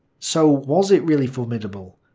so was it really formidable?